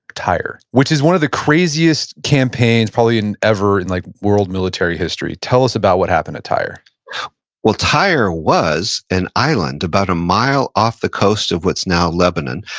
tyre, which is one of the craziest campaigns probably ever in like world military history. tell us about what happened at tyre well, tyre was an island about a mile off the coast of what's now lebanon.